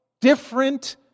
different